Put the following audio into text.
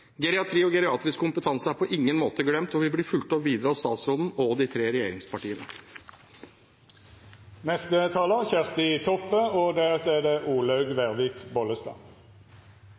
og geriatrisk kompetanse er på ingen måte glemt og vil bli fulgt opp videre av statsråden og de tre regjeringspartiene. Eg vil takka Arbeidarpartiet for å fremja eit viktig forslag. På ein måte er